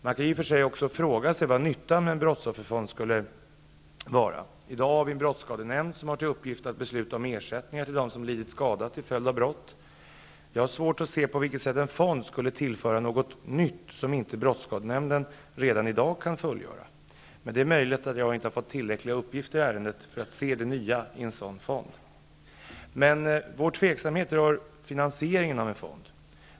Man kan i och för sig fråga sig vad nyttan med en brottsofferfond skulle vara. I dag har vi en brottskadenämnd som har till uppgift att besluta om ersättningar till dem som lidit skada till följd av brott. Jag har svårt att se på vilket sätt en fond skulle tillföra något nytt som inte brottskadenämnden redan i dag kan fullgöra. Men det är möjligt att jag inte har fått tillräckliga uppgifter i ärendet för att se det nya i en sådan fond. Men vår tveksamhet rör finansieringen av en fond.